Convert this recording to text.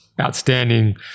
outstanding